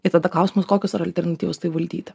ir tada klausimas kokios yra alternatyvos tai valdyti